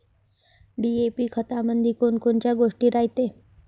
DAP खतामंदी कोनकोनच्या गोष्टी रायते?